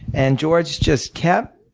and george just kept